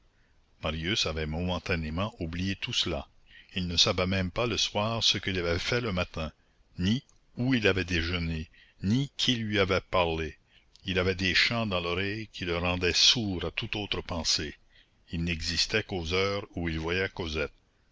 marius avait momentanément oublié tout cela il ne savait même pas le soir ce qu'il avait fait le matin ni où il avait déjeuné ni qui lui avait parlé il avait des chants dans l'oreille qui le rendaient sourd à toute autre pensée il n'existait qu'aux heures où il voyait cosette